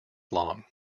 long